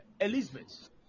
Elizabeth